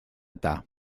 eta